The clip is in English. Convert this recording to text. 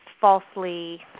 falsely